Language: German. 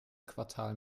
quartal